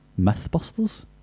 mythbusters